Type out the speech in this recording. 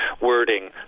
wording